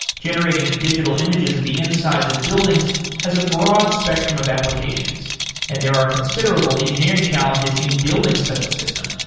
generating digital images of the insides of buildings has a broad spectrum of applications and they are considerable engineering challenges in building such a system.